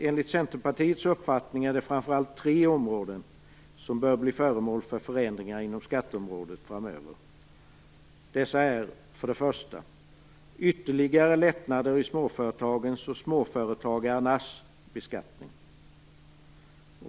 Enligt Centerpartiets uppfattning är det framför allt tre områden som bör bli föremål för förändringar inom skatteområdet framöver. För det första gäller det ytterligare lättnader i småföretagens och småföretagarnas beskattning.